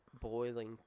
boiling